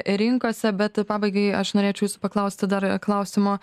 rinkose bet pabaigai aš norėčiau jūsų paklausti dar klausimo